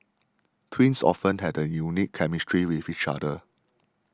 twins often have a unique chemistry with each other